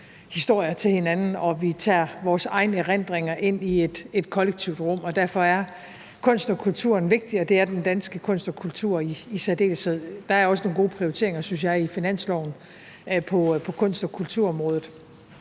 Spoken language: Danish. historier til hinanden, og at vi tager vores egne erindringer ind i et kollektivt rum. Derfor er kunsten og kulturen vigtig, og det er den danske kunst og kultur i særdeleshed. Der er også nogle gode prioriteringer, synes jeg, i finansloven på kunst- og kulturområdet.